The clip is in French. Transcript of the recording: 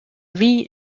ville